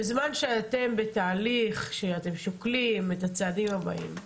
בזמן שאתם בתהליך שאתם שוקלים את הצעדים הבאים,